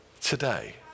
today